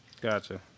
Gotcha